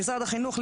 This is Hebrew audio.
למשרד החינוך,